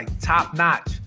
top-notch